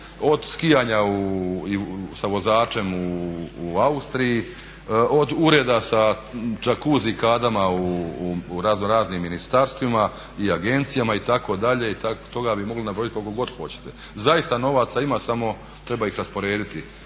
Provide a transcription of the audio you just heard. od skijanja sa vozačem u Austriji, od ureda sa jakuzi kadama u raznoraznim ministarstvima i agencijama itd. toga bi mogli nabrojati koliko god hoćete. Zaista novaca ima samo ih treba rasporediti,